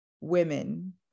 women